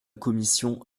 commission